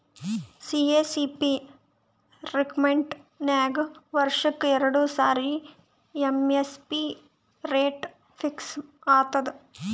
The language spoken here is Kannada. ಸಿ.ಎ.ಸಿ.ಪಿ ರೆಕಮೆಂಡ್ ಮ್ಯಾಗ್ ವರ್ಷಕ್ಕ್ ಎರಡು ಸಾರಿ ಎಮ್.ಎಸ್.ಪಿ ರೇಟ್ ಫಿಕ್ಸ್ ಆತದ್